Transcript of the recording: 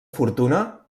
fortuna